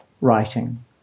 writing